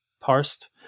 parsed